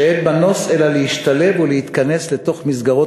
שאין מנוס אלא להשתלב ולהתכנס לתוך מסגרות